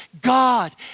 God